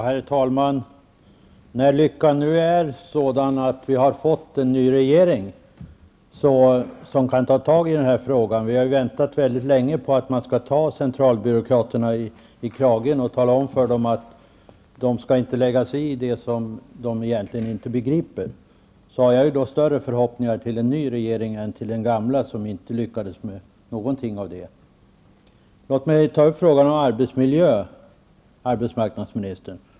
Herr talman! Vi är i den lyckliga situationen att ha fått en ny regering som kan ta fatt i denna fråga. Vi har väntat länge på att man skall ta centralbyråkraterna i kragen och tala om för dem att de inte skall lägga sig i det som de inte begriper. Jag hyser alltså stora förhoppningar om att den nya regeringen skall lyckas med detta. Det gjorde ju inte den tidigare regeringen.